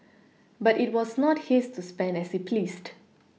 but it was not his to spend as he pleased